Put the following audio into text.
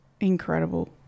incredible